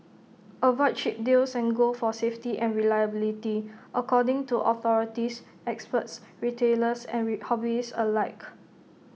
avoid cheap deals and go for safety and reliability according to authorities experts retailers and hobbyists alike